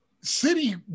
city